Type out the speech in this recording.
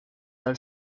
dal